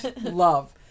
Love